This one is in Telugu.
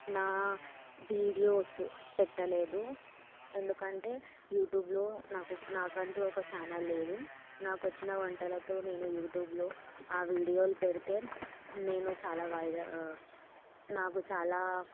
నా వీడియోస్ పెట్టలేదు ఎందుకంటే యూట్యూబ్లో నాకు నాకంటూ ఒక ఛానల్ లేదు నాకు వచ్చిన వంటలతో నేను యూట్యూబ్లో ఆ వీడియోలు పెడితే నేను చాలా వైర నాకు చాలా